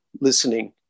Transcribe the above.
listening